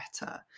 better